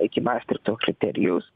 iki mastrichto kriterijaus